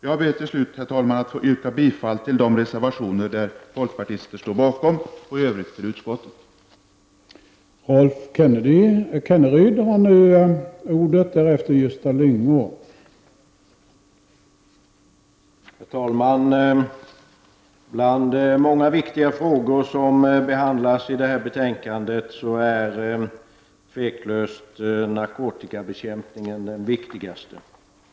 Jag ber att få yrka bifall till de reservationer där folkpartister står bakom och i övrigt till utskottets hemställan.